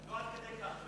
לא עד כדי כך.